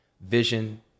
vision